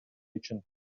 үчүн